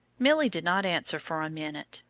milly did not answer for a minute,